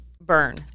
burn